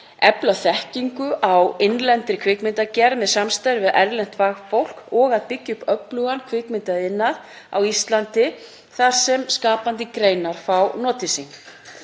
efla þekkingu í innlendri kvikmyndagerð með samstarfi við erlent fagfólk og að byggja upp öflugan kvikmyndaiðnað á Íslandi þar sem skapandi greinar fá notið sín.